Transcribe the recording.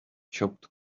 chopped